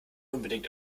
unbedingt